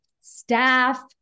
staff